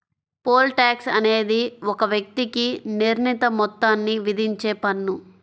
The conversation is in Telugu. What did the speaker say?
పోల్ టాక్స్ అనేది ఒక వ్యక్తికి నిర్ణీత మొత్తాన్ని విధించే పన్ను